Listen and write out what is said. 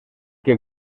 que